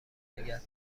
نگه